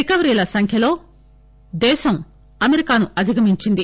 రికవరీల సంఖ్యలో దేశం అమెరికాను అధిగమించింది